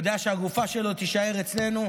יודע שהגופה שלו תישאר אצלנו.